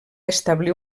establir